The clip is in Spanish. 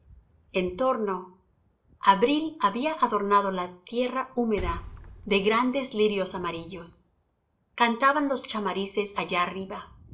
torno abril había adornado la tierra húmeda de grandes lirios amarillos cantaban los chamarices allá arriba